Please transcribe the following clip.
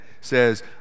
says